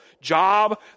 job